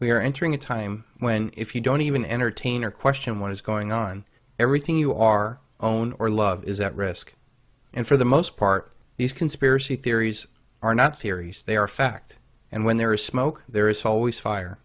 are entering a time when if you don't even entertain or question what is going on everything you are own or love is at risk and for the most part these conspiracy theories are not serious they are fact and when there is smoke there is always fire